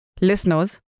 Listeners